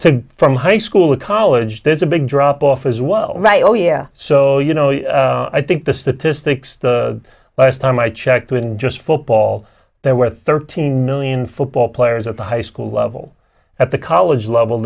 go from high school or college there's a big drop off as well right all year so you know i think the statistics the last time i checked when just football there were thirteen million football players at the high school level at the college level